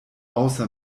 außer